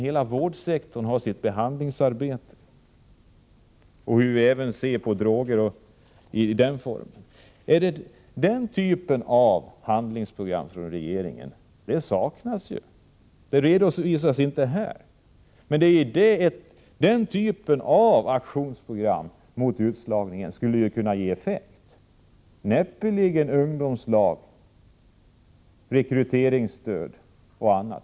Hela vårdsektorns behandlingsarbete liksom hur vi ser på droger och liknande bör också ingå. Den typen av handlingsprogram från regeringens sida saknas. Något sådant redovisas i varje fall inte här. Den sortens aktionsprogram mot utslagning skulle kunna ge effekt, däremot näppeligen ungdomslag, rekryteringsstöd och annat.